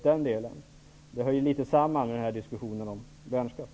Den frågan hänger ju delvis samman med diskussionen om en värnskatt.